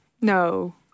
No